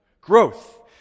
growth